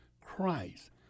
Christ